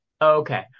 okay